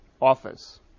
office